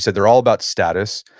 so they're all about status,